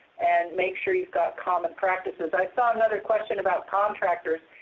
and make sure you've got common practices. i saw another question about contractors,